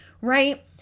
right